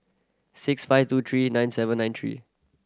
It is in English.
six five two three nine seven nine three